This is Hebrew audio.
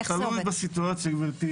זה תלוי בסיטואציה גבירתי.